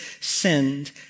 sinned